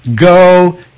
go